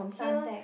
Suntec